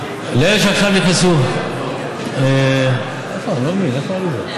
לאלה שעכשיו נכנסו, איפה, אני לא מבין איפה עליזה?